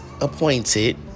appointed